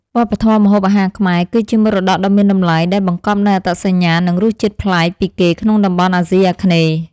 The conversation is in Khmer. វប្បធម៌ម្ហូបអាហារខ្មែរគឺជាមរតកដ៏មានតម្លៃដែលបង្កប់នូវអត្តសញ្ញាណនិងរសជាតិប្លែកពីគេក្នុងតំបន់អាស៊ីអាគ្នេយ៍។